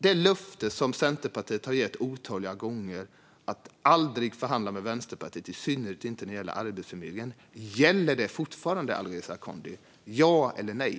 Det löfte som Centerpartiet har gett otaliga gånger att aldrig förhandla med Vänsterpartiet, i synnerhet inte när det gäller Arbetsförmedlingen - gäller det fortfarande, Alireza Akhondi? Ja eller nej?